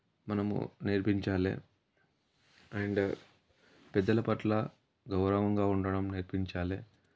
మనము నేర్పించాలి అండ్ పెద్దల పట్ల గౌరవంగా ఉండడం నేర్పించాలి